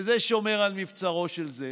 וזה שומר על מבצרו של זה,